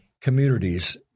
communities